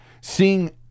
seeing